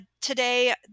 Today